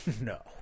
No